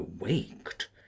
awaked